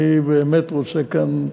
אני באמת רוצה כאן לומר,